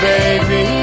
Baby